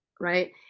right